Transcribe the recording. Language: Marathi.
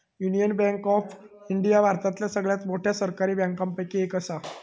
युनियन बँक ऑफ इंडिया भारतातल्या सगळ्यात मोठ्या सरकारी बँकांपैकी एक असा